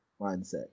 mindset